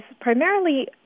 primarily